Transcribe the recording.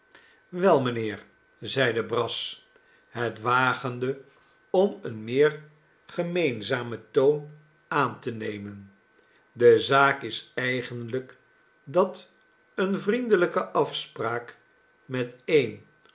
wei mijnheer zeide brass het wagende om een meer gemeenzamen toon aan te nemen de zaak is eigenlijk dat eene vriendelijke afspraak met een